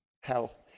health